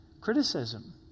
criticism